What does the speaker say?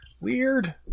weird